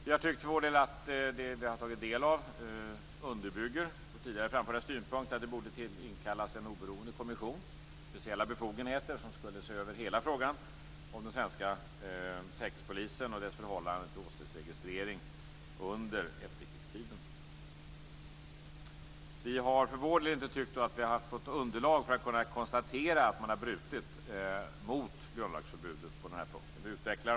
Vi för vår del har tyckt att det vi tagit del av underbygger vår tidigare framförda synpunkt, nämligen att en oberoende kommission borde inkallas som har speciella befogenheter och som skulle se över hela frågan om den svenska säkerhetspolisen och dess förhållande till åsiktsregistrering under efterkrigstiden. Vi har inte tyckt att vi fått ett sådant underlag att det går att konstatera att man har brutit mot grundlagsförbudet på den här punkten.